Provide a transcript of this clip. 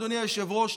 אדוני היושב-ראש,